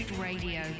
Radio